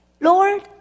Lord